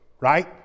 right